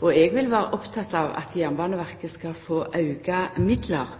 og eg vil vera oppteken av at Jernbaneverket skal få auka midlar.